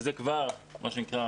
שזה כבר מה שנקרא